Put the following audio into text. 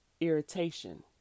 irritation